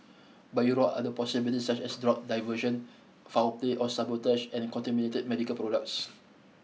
but it ruled out other possibilities such as drug diversion foul play or sabotage and contaminated medical products